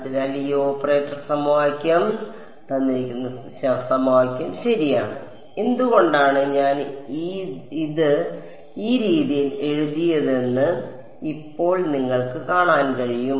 അതിനാൽ ഈ ഓപ്പറേറ്റർ സമവാക്യം ശരിയാണ് എന്തുകൊണ്ടാണ് ഞാൻ ഇത് ഈ രീതിയിൽ എഴുതിയതെന്ന് ഇപ്പോൾ നിങ്ങൾക്ക് കാണാൻ കഴിയും